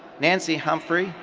nancy humphrey,